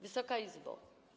Wysoka Izbo!